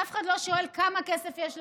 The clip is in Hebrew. אף אחד לא שואל כמה כסף יש לך,